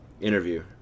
interview